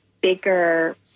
bigger